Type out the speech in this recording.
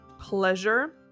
pleasure